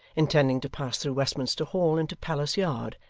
intending to pass through westminster hall into palace yard,